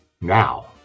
Now